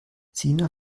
sina